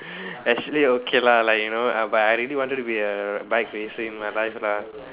actually okay lah like you know err but I really wanted be a bike racer in my life lah